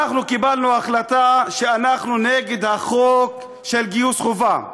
אנחנו קיבלנו החלטה שאנחנו נגד החוק של גיוס חובה,